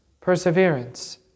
perseverance